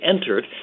entered